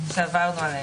שר הכלכלה.